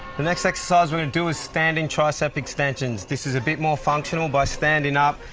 the next exercise we're gonna do is standing tricep extensions. this is a bit more functional by standing up,